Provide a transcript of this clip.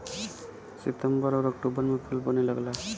सितंबर आउर अक्टूबर में फल बने लगला